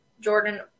Jordan